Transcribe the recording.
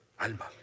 Alma